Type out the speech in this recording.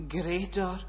greater